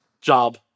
job